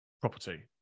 property